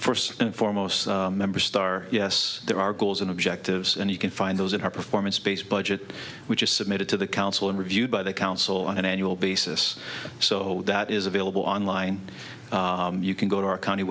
first and foremost member star yes there are goals and objectives and you can find those in our performance space budget which is submitted to the council and reviewed by the council on an annual basis so that is available online you can go to our count